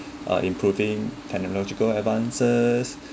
uh improving technological advances